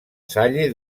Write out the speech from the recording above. salle